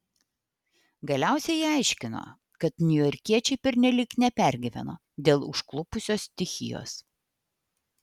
galiausiai ji aiškino kad niujorkiečiai pernelyg nepergyveno dėl užklupusios stichijos